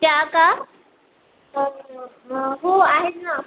त्या का हो आहेत ना